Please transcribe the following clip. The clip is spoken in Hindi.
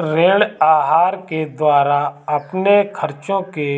ऋण आहार के द्वारा अपने खर्चो के